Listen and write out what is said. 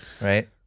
right